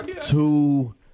two